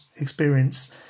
experience